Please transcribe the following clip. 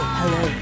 hello